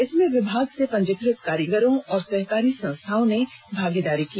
इसमें विभाग से पंजीकृत कारीगरों और सहकारी संस्थाओं ने भागीदारी की